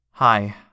Hi